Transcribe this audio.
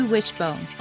Wishbone